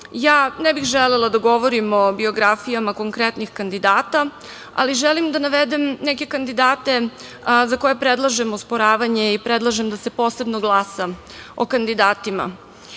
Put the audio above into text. Ne bih želela da govorim o biografijama konkretnih kandidata, ali želim da navedem neke kandidate za koje predlažem osporavanje i predlažem da se posebno glasa o kandidatima.